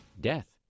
death